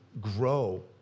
grow